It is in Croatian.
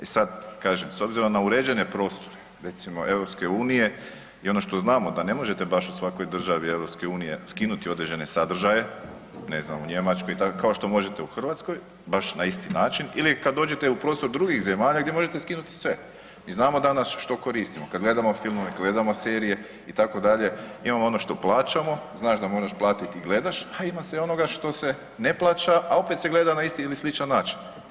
E sad, kažem, s obzirom na uređene prostore, recimo EU i ono što znamo da ne možete baš u svakoj državi EU skinuti određene sadržaje, ne znam, u Njemačkoj i tako kao što možete u Hrvatskoj baš na isti način ili kad dođete u prostor drugih zemalja gdje možete skinuti sve i znamo danas što koristimo kad gledamo filmove, kad gledamo serije itd., imamo ono što plaćamo, znaš da moraš platit i gledaš, a ima se i onoga što se ne plaća, a opet se gleda na isti ili sličan način.